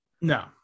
No